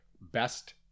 Best